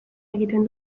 egiten